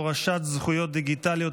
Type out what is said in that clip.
הורשת זכויות דיגיטליות),